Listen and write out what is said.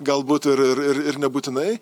galbūt ir ir ir nebūtinai